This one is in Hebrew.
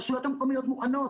הרשויות המקומיות מוכנות.